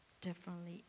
differently